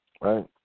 right